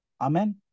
Amen